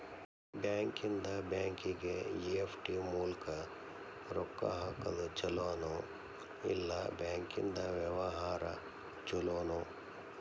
ಬ್ಯಾಂಕಿಂದಾ ಬ್ಯಾಂಕಿಗೆ ಇ.ಎಫ್.ಟಿ ಮೂಲ್ಕ್ ರೊಕ್ಕಾ ಹಾಕೊದ್ ಛಲೊನೊ, ಇಲ್ಲಾ ಬ್ಯಾಂಕಿಂದಾ ವ್ಯವಹಾರಾ ಛೊಲೊನೊ?